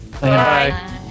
Bye